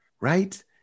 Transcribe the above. Right